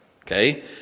Okay